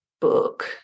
book